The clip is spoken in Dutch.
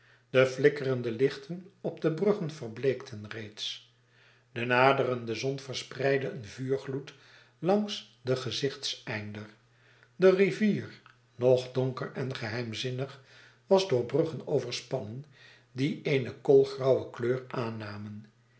de flikkerende lichten op de bruggen verbleekten reeds de naderende zon verspreidde een vuurgl'oed langs den gezichteinder de rivier nog donker en geheimzinnig was door bruggen overspannen die eene koolgrauwe kleur aannamen